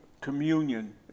communion